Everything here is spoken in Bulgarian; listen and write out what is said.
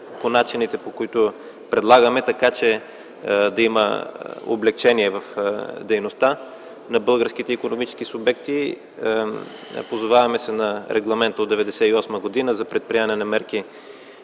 по начини, които предлагаме, така че да има облекчение в дейността на българските икономически субекти. Позоваваме се на Регламент от 1998 г. за предприемане на мерки